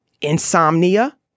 insomnia